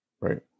Right